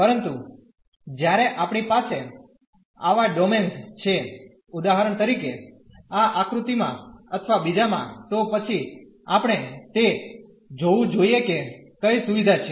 પરંતુ જ્યારે આપણી પાસે આવા ડોમેન્સ છે ઉદાહરણ તરીકે આ આક્રુતીમાં અથવા બીજામાં તો પછી આપણે તે જોવું જોઈએ કે કઈ સુવિધા છે